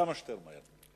וכמה שיותר מהר.